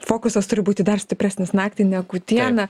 fokusas turi būti dar stipresnis naktį negu dieną